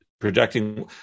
projecting